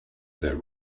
that